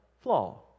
flaw